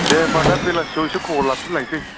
दे होमबा दा बेलासिआव इसे खबर लाफिनलायनोसै